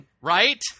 Right